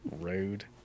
Rude